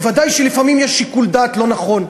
ודאי שלפעמים יש שיקול דעת לא נכון.